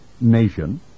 nation